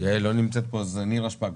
נירה שפאק,